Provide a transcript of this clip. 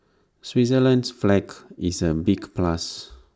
Switzerland's flag is A big plus